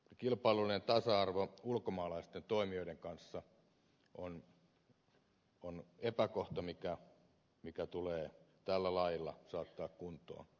erityisesti kilpailullinen tasa arvo ulkomaalaisten toimijoiden kanssa on epäkohta mikä tulee tällä lailla saattaa kuntoon